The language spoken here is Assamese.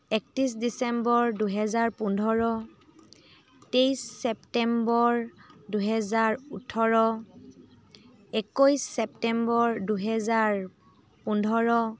একত্ৰিছ ডিচেম্বৰ দুহেজাৰ পোন্ধৰ তেইছ ছেপ্টেম্বৰ দুহেজাৰ ওঁঠৰ একৈছ ছেপ্টেম্বৰ দুহেজাৰ পোন্ধৰ